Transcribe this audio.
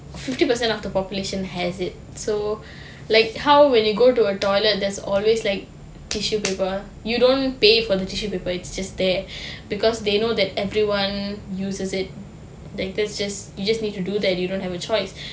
fifty percent of the population has it so like how when you go to a toilet there's always like tissue paper you don't pay for the tissue paper it's just there because they know that everyone uses it that they just you just need to do that you don't have a choice